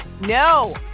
No